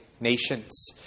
nations